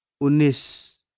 unis